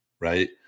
right